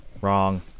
Wrong